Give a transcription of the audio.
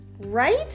Right